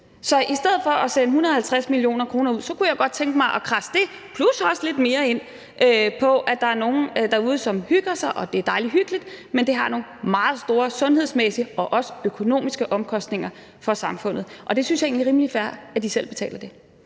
Så i stedet for at sende 150 mio. kr. ud, kunne jeg godt tænke mig at kradse det plus også lidt mere ind på, at der er nogle derude, som hygger sig, og det er dejlig hyggeligt, men det har nogle meget store sundhedsmæssige og også økonomiske omkostninger for samfundet, og det synes jeg egentlig er rimelig fair at de selv betaler.